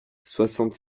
soixante